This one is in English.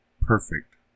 perfect